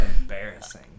embarrassing